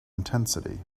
intensity